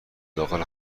داخل